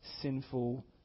sinful